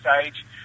stage